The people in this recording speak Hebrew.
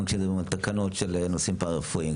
גם כשמדברים על תקנות של נושאים פרה רפואיים.